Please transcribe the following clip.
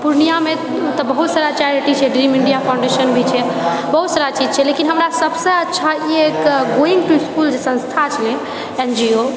पूर्णियाँमे तऽ बहुत सारा चैरिटी छै ड्रीम इण्डिया फाउन्डेशन भी छै बहुत सारा चीज छै लेकिन हमरा सबसँ अच्छा ई अछि गोइङ टू स्कूल जे संस्था छै एन जी ओ